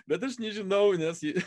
bet aš nežinau nes ji